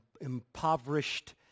impoverished